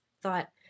thought